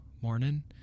morning